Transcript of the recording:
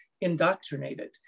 indoctrinated